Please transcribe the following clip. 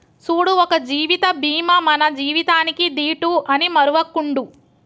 సూడు ఒక జీవిత బీమా మన జీవితానికీ దీటు అని మరువకుండు